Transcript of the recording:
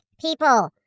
people